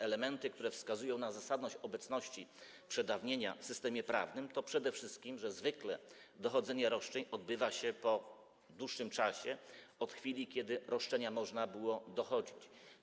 Elementem, który wskazuje na zasadność obecności przedawnienia w systemie prawnym, jest przede wszystkim to, że zwykle dochodzenie roszczeń odbywa się po dłuższym czasie od chwili, kiedy roszczenia można było dochodzić.